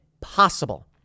possible